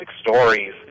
stories